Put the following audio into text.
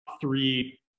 three